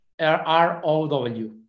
R-R-O-W